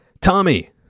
Tommy